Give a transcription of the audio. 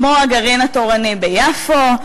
כמו הגרעין התורני ביפו,